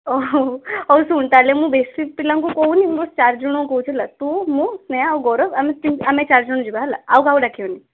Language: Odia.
ଓହୋ ହଉ ଶୁଣ୍ ତା'ହେଲେ ମୁଁ ବେଶୀ ପିଲାଙ୍କୁ କହୁନି ମୁଁ ଚାରି ଜଣଙ୍କୁ କହୁଛି ହେଲା ତୁ ମୁଁ ସ୍ନେହା ଆଉ ଗୌରବ ଆମେ ଚାରି ଜଣ ଯିବା ହେଲା ଆଉ କାହାକୁ ଡାକିବାନି